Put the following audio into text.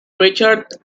richard